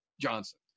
Johnson